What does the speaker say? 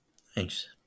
Thanks